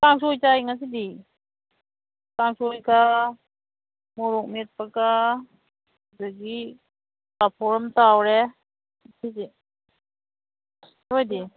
ꯀꯥꯡꯁꯣꯏ ꯆꯥꯏ ꯉꯁꯤꯗꯤ ꯀꯥꯡꯁꯣꯏꯒ ꯃꯣꯔꯣꯛ ꯃꯦꯠꯄꯒ ꯑꯗꯒꯤ ꯄꯥꯐꯣꯔ ꯑꯃ ꯇꯥꯎꯔꯦ ꯉꯁꯤꯗꯤ ꯅꯣꯏꯗꯤ